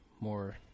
More